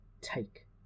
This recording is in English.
take